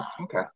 Okay